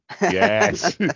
Yes